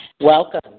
Welcome